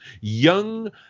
young